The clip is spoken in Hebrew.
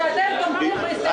--- שאתם תומכים בהסתייגות.